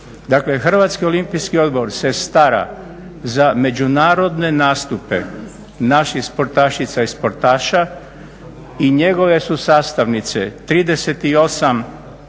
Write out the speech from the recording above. Hrvatski olimpijski odbor se stara za međunarodne nastupe naših sportašica i sportaša i njegove su sastavnice trideset